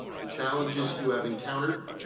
the challenges you have encountered,